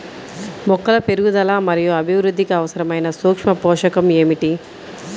మొక్కల పెరుగుదల మరియు అభివృద్ధికి అవసరమైన సూక్ష్మ పోషకం ఏమిటి?